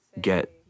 get